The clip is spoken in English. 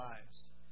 lives